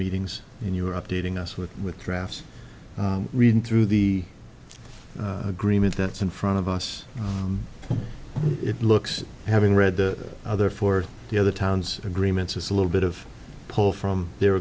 meetings and you were updating us with with graphs reading through the agreement that's in front of us it looks having read the other for the other towns agreements it's a little bit of pull from their